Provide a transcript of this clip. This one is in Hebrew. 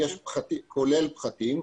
כולל פחתים.